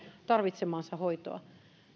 tarvitsemaansa hoitoa